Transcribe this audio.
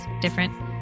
different